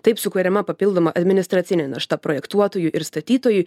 taip sukuriama papildoma administracinė našta projektuotojui ir statytojui